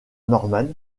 norman